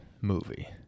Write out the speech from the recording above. movie